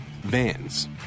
vans